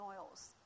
oils